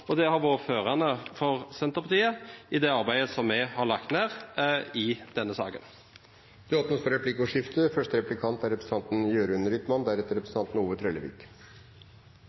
Det har vært førende for Senterpartiet i det arbeidet vi har lagt ned i denne saken. Det blir replikkordskifte. Jeg lurer på om representanten